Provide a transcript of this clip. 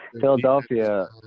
Philadelphia